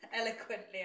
eloquently